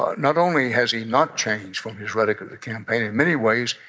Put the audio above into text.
ah not only has he not changed from his rhetoric of the campaign. in many ways,